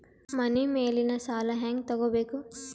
ಮನಿ ಮೇಲಿನ ಸಾಲ ಹ್ಯಾಂಗ್ ತಗೋಬೇಕು?